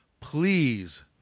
Please